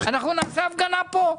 אנחנו נעשה הפגנה פה,